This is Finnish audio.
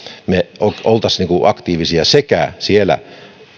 me olisimme aktiivisia sekä siellä